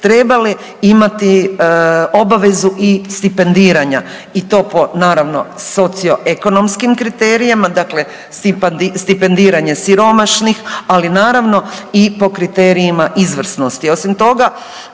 trebale imati obavezu i stipendiranja i to po naravno socioekonomskim kriterijima. Dakle, stipendiranje siromašnih ali naravno i po kriterijima izvrsnosti. Osim toga